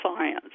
science